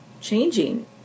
changing